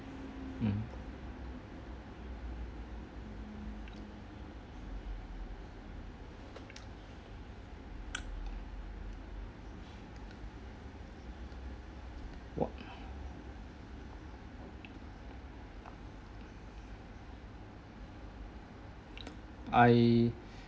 mm I